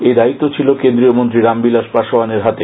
এই দায়িত্ব ছিলো কেন্দ্রীয় মন্ত্রী রামবিলাস পাসোয়ানের কাছে